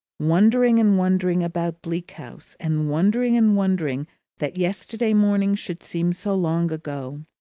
wondering and wondering about bleak house, and wondering and wondering that yesterday morning should seem so long ago.